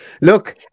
Look